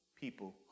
people